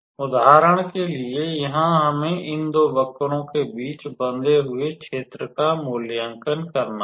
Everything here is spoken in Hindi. उदाहरण के लिए यहाँ हमें इन दो वक्रों के बीच बंधे हुए क्षेत्र का मूल्यांकन करना था